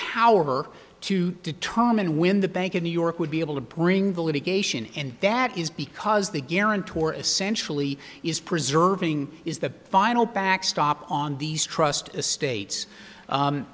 power to determine when the bank of new york would be able to bring the litigation and that is because the guarantor essentially is preserving is the final backstop on these trust a states